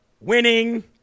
winning